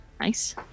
Nice